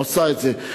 היא עושה את זה.